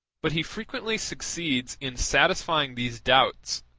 but he frequently succeeds in satisfying these doubts,